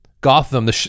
Gotham